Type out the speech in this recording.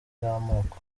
bw’amoko